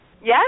Yes